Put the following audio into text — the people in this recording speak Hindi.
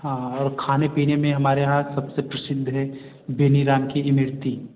हाँ और खाने पीने में हमारे यहाँ सबसे प्रसिद्ध है बेनीराम की इमरती